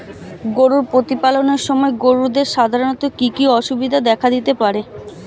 গরু প্রতিপালনের সময় গরুদের সাধারণত কি কি অসুবিধা দেখা দিতে পারে?